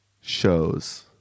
shows